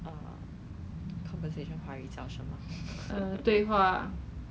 retail mah retail 是要关已经关了 I think more than one month